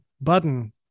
button